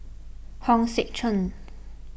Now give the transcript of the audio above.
Hong Sek Chern